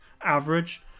average